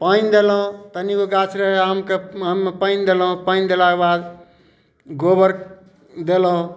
पानि देलहुँ तनिगो गाछ रहय आमके ओइमे पानि देलहुँ पानि देलाके बाद गोबर देलहुँ